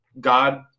God